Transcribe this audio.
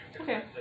Okay